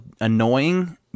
annoying